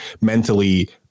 mentally